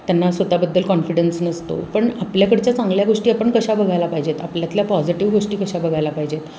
त्यांना स्वतःबद्दल कॉन्फिडन्स नसतो पण आपल्याकडच्या चांगल्या गोष्टी आपण कशा बघायला पाहिजेत आपल्यातल्या पॉझिटिव्ह गोष्टी कशा बघायला पाहिजेत